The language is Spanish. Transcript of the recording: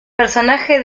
personaje